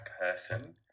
person